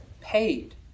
paid